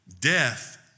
Death